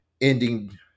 ending